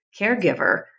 caregiver